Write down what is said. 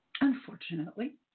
Unfortunately